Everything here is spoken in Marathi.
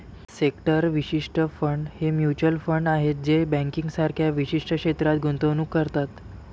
सेक्टर विशिष्ट फंड हे म्युच्युअल फंड आहेत जे बँकिंग सारख्या विशिष्ट क्षेत्रात गुंतवणूक करतात